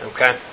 Okay